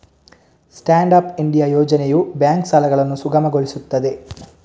stand up India ಯೋಜನೆಯು bank ಸಾಲಗಳನ್ನು ಸುಗಮಗೊಳಿಸುತ್ತದೆ